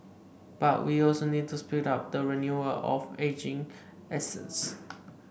but we also need to speed up the renewal of ageing assets